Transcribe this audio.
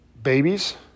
Babies